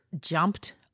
jumped